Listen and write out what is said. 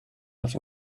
out